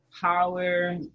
power